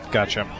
Gotcha